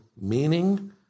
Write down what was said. meaning